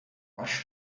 lush